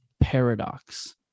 paradox